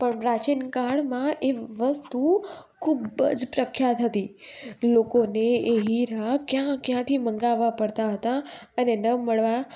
પણ પ્રાચીન કાળમાં એ વસ્તુ ખૂબ જ પ્રખ્યાત હતી લોકોને એ હીરા ક્યાં ક્યાંથી મંગાવવા પડતા હતા અને ન મળવા